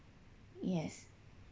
yes